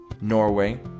Norway